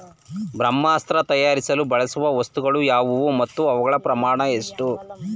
ಬ್ರಹ್ಮಾಸ್ತ್ರ ತಯಾರಿಸಲು ಬಳಸುವ ವಸ್ತುಗಳು ಯಾವುವು ಮತ್ತು ಅವುಗಳ ಪ್ರಮಾಣ ಎಷ್ಟು?